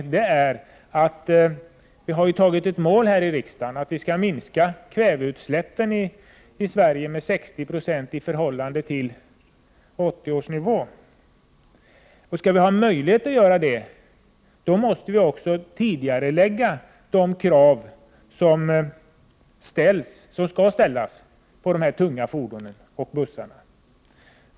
Vi i riksdagen har ju beslutat att målet i detta avseende skall vara att kväveutsläppen i Sverige minskas med 60 90 i förhållande till 1980 års nivå. Om vi skall ha en möjlighet att åstadkomma detta, måste det till en tidigareläggning av de krav som skall ställas på tunga fordon och bussar.